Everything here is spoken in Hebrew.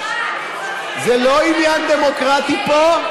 זה לא עניין דמוקרטי פה.